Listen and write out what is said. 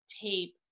tape